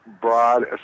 broad